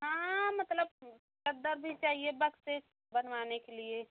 हाँ मतलब चद्दर भी चाहिए बक्से बनवाने के लिए